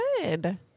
Good